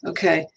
Okay